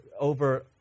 over